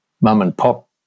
mum-and-pop